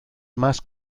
más